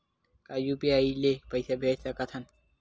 का यू.पी.आई ले पईसा भेज सकत हन?